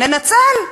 ננצל.